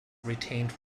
retained